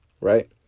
right